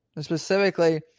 specifically